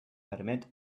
permet